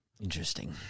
Interesting